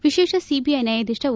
ವಿಶೇಷ ಸಿಬಿಐ ನ್ಯಾಯಾಧೀಶ ಒ